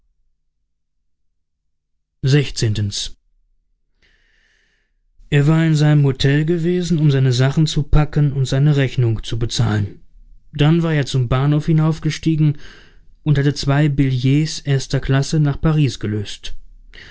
er war in seinem hotel gewesen um seine sachen zu packen und seine rechnung zu bezahlen dann war er zum bahnhof hinaufgestiegen und hatte zwei billets erster klasse nach paris gelöst